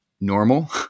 normal